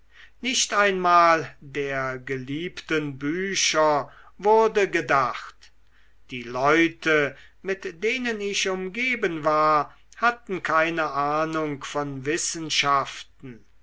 nicht einmal der geliebten bücher wurde gedacht die leute mit denen ich umgeben war hatten keine ahnung von wissenschaften